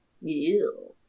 Ew